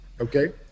Okay